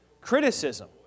criticism